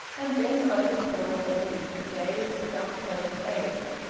and bent over the boy beneath, who gazed with upturned face.